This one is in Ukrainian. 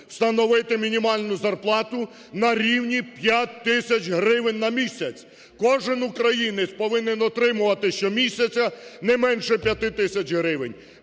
встановити мінімальну зарплату на рівні 5 тисяч гривень на місяць. Кожен українець повинен отримувати щомісяця не менше 5 тисяч гривень.